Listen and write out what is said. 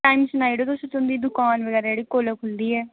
time सनाई उड़ेयो तुस तुंदी दुकान बगैरा जेह्ड़ी कोल्ले खु'लदी ऐ